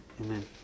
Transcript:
Amen